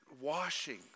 washing